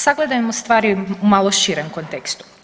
Sagledajmo stvari u malo širem kontekstu.